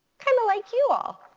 kind of like you all,